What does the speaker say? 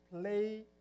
play